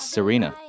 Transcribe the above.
Serena